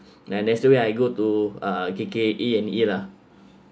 then next week I go to uh K_K a and e lah